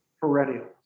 perennial